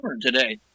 today